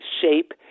shape